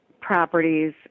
properties